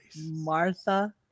Martha